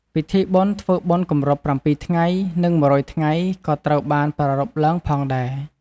ពិធីបុណ្យធ្វើបុណ្យគម្រប់ ៧ថ្ងៃ និង ១០០ថ្ងៃ ក៏ត្រូវបានប្រារព្ធឡើងផងដែរ។